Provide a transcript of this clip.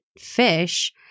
fish